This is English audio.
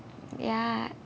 ya